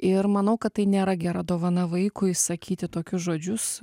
ir manau kad tai nėra gera dovana vaikui sakyti tokius žodžius